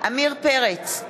עמיר פרץ,